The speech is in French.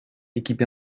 équipés